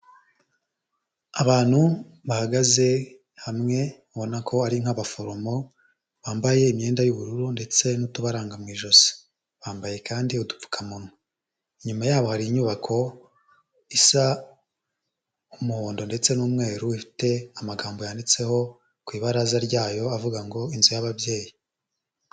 Abantu bahagaze hamwe ubona ko ari nk'abaforomo, bambaye imyenda y'ubururu ndetse n'utubaranga mu ijosi, bambaye kandi udupfukamunwa. Inyuma yabo hari inyubako isa umuhondo ndetse n'umweru, ifite amagambo yanditseho ku ibaraza ryayo avuga ngo inzu y'ababyeyi.